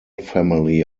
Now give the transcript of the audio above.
family